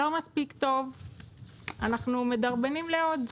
אם לא מספיק טוב אנחנו מדרבנים לעוד.